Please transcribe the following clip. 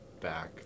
back